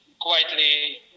quietly